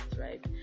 right